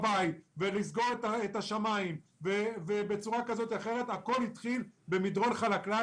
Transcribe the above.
ו-"לסגור את השמיים" לדברים האלו יש השלכות.